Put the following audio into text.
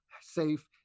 safe